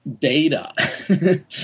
data